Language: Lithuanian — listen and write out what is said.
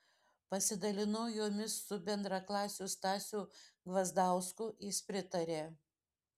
pasidalinau jomis su bendraklasiu stasiu gvazdausku jis pritarė